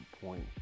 point